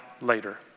later